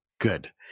Good